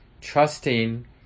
trusting